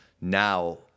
now